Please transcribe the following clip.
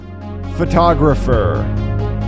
Photographer